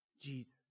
Jesus